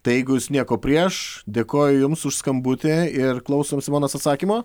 tai jeigu jūs nieko prieš dėkoju jums už skambutį ir klausom simonos atsakymo